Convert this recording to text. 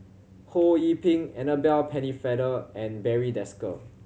Ho Yee Ping Annabel Pennefather and Barry Desker